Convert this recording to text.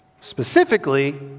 specifically